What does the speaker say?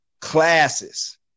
classes